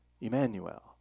Emmanuel